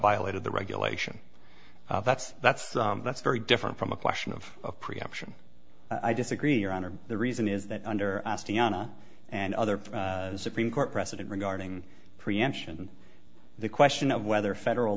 violating the regulation that's that's that's very different from a question of preemption i disagree your honor the reason is that under and other supreme court precedent regarding preemption the question of whether federal